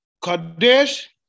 Kadesh